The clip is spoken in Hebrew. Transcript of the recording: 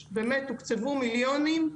שהוקצבו לה מיליונים,